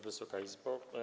Wysoka Izbo!